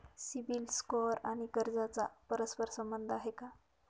CIBIL score आणि कर्जाचा परस्पर संबंध आहे का?